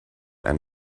and